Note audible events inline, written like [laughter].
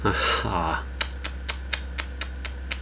!huh! !wah! [noise]